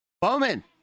Bowman